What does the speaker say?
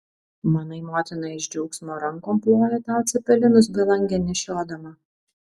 manai motina iš džiaugsmo rankom ploja tau cepelinus belangėn nešiodama